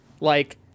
Like-